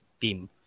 team